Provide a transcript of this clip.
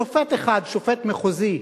שופט אחד, שופט מחוזי,